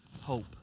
hope